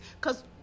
cause